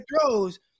throws